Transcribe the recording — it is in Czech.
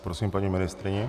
Prosím paní ministryni.